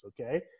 Okay